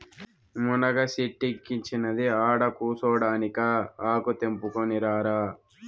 మునగ సెట్టిక్కించినది ఆడకూసోడానికా ఆకు తెంపుకుని రారా